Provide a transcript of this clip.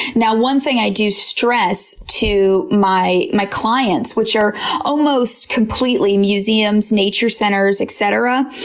now, one thing i do stress to my my clients, which are almost completely museums, nature centers, et cetera,